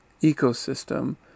ecosystem